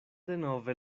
denove